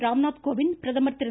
ராம்நாத் கோவிந்த் பிரதமர் திரு